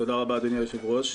תודה רבה, אדוני היושב-ראש.